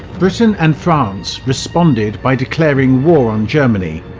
britain and france responded by declaring war on germany,